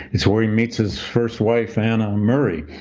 it's where he meets his first wife, anna um murray.